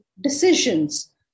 decisions